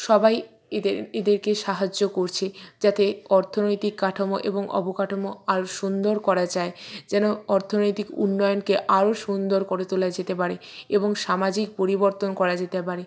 সবাই এদের এদেরকে সাহায্য করছে যাতে অর্থনৈতিক কাঠামো এবং অবকাঠামো আরও সুন্দর করা যায় যেন অর্থনৈতিক উন্নয়নকে আরও সুন্দর করে তোলা যেতে পারে এবং সামাজিক পরিবর্তন করা যেতে পারে